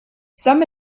some